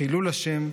חילול השם,